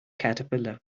caterpillar